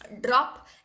drop